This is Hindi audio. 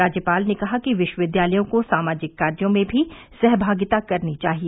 राज्यपाल ने कहा कि विश्वविद्यालयों को सामाजिक कार्यो में भी सहभागिता करनी चाहिए